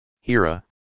Hira